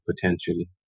potentially